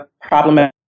problematic